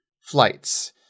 flights